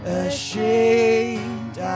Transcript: ashamed